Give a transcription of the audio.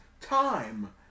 time